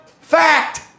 Fact